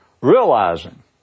realizing